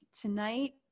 Tonight